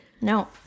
No